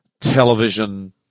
television